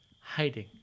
Hiding